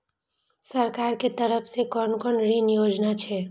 सरकार के तरफ से कोन कोन ऋण योजना छै?